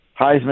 Heisman